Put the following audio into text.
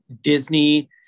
Disney